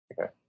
okay